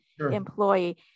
employee